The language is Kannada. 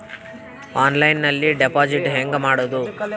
ಆನ್ಲೈನ್ನಲ್ಲಿ ಡೆಪಾಜಿಟ್ ಹೆಂಗ್ ಮಾಡುದು?